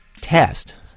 test